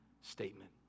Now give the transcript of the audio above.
statement